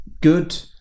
good